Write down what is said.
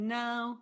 now